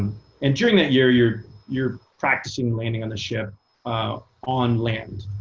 and during that year, you're you're practicing landing on the ship ah on land.